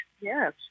Yes